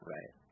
Right